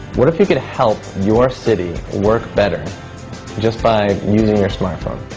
what if you could help your city work better just by using your smart phone?